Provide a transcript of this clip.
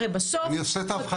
הרי בסוף --- אני עושה את ההבחנה.